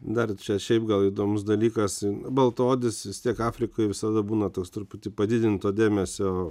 dar čia šiaip gal įdomus dalykas baltaodis vis tiek afrikoj visada būna toks truputį padidinto dėmesio